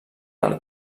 del